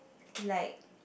like